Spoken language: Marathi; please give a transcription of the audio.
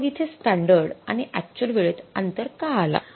तर मग इथे स्टॅंडर्ड आणि अक्चुअल वेळेत अंतर का आला